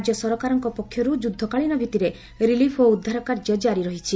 ରାଜ୍ୟ ସରକାରଙ୍କ ପକ୍ଷରୁ ଯୁଦ୍ଧକାଳୀନ ଭିତ୍ତିରେ ରିଲିଫ୍ ଓ ଉଦ୍ଧାର କାର୍ଯ୍ୟ ଜାରି ରହିଛି